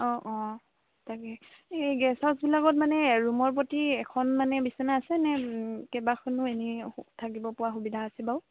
অঁ অঁ তাকে এই গেষ্ট হাউছবিলাকত মানে ৰূমৰ প্ৰতি এখন মানে বিচনা আছেনে কেইবাখনো এনেই থাকিব পৰা সুবিধা আছে বাৰু